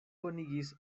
konigis